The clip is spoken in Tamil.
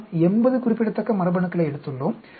நாம் 80 குறிப்பிடத்தக்க மரபணுக்களை எடுத்துள்ளோம்